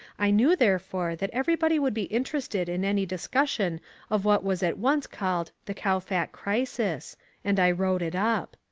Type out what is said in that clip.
i knew therefore that everybody would be interested in any discussion of what was at once called the kowfat crisis and i wrote it up.